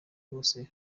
bose